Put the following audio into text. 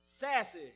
Sassy